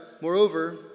moreover